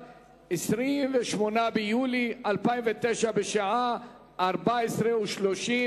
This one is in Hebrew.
רבותי, ההצעה תועבר להכנתה לקריאה שנייה ושלישית